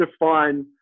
define